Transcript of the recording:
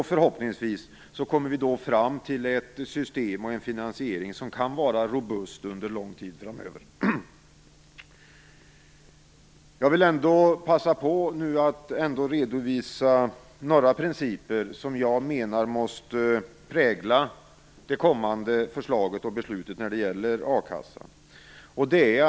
Förhoppningsvis kommer vi då fram till ett system och en finansiering som kan vara robust under lång tid framöver. Jag vill ändå passa på att nu redovisa några principer som jag menar måste prägla det kommande förslaget och beslutet om a-kassan.